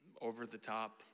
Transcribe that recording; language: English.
over-the-top